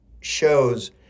shows